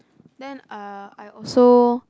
then uh I also